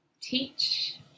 teach